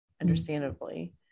understandably